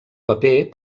paper